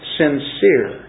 sincere